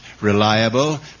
reliable